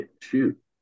shoot